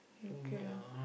okay lah